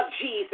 Jesus